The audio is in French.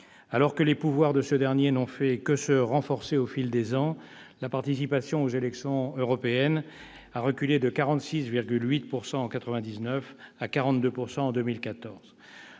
Alors que les pouvoirs de ce dernier n'ont fait que se renforcer au fil des ans, la participation aux élections européennes a reculé de 46,8 % en 1999 à 42 % en 2014.